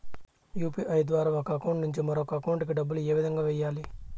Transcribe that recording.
UPI ద్వారా ఒక account నుంచి మరొక అకౌంట్ కి డబ్బులు ఏ విధంగా వెయ్యాలి